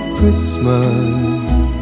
Christmas